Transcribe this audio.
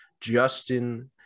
Justin